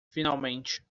finalmente